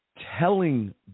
telling